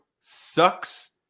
sucks